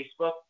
Facebook